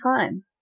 time